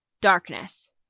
darkness